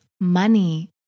money